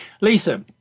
Lisa